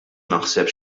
naħseb